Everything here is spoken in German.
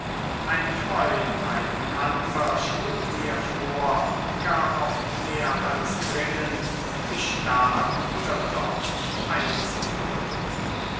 ein freund ein bekannter schlug mir vor gar oft mehr als dringend mich da oder dort einzuführen